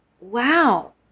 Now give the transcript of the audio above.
wow